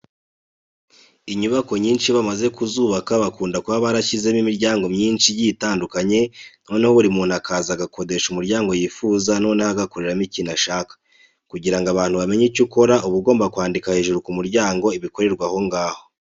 Inyubako nyinshi iyo bamaze kuzubaka bakunda kuba barashyizemo imiryango myinshi igiye itandukanye noneho buri muntu akaza agakodesha umuryango yifuza noneho agakoreramo ikintu ashaka. Kugira ngo abantu bamenye icyo ukora uba ugomba kwandika hejuru ku muryango ibikorerwa aho ngaho.